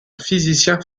physicien